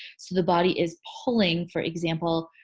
so the body is pulling, for example